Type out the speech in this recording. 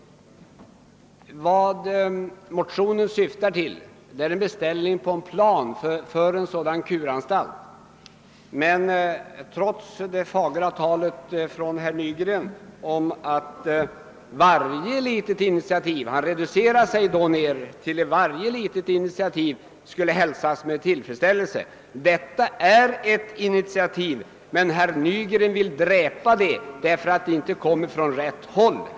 Motionen syftar till en beställning på en plan för en sådan kuranstalt. Herr Nygren talar så vackert om att varje litet initiativ — han går så långt som till att varje litet initiativ skulle hälsas med tillfreds ställelse. Men detta initiativ vill herr Nygren dräpa därför att det inte kommer från rätt håll.